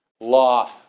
law